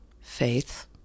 faith